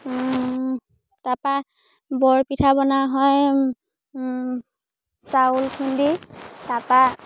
তাৰপৰা বৰপিঠা বনোৱা হয় চাউল খুন্দি তাৰপৰা